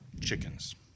Chickens